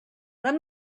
let